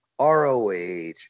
ROH